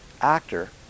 actor